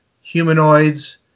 humanoids